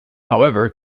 however